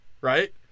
Right